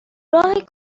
راه